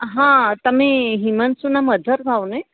હા તમે હિમાંશુના મધર થાઓને